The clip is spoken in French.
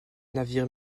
navire